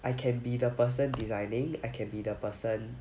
I can be the person designing I can be the person